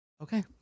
Okay